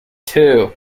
two